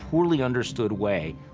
poorly understood way,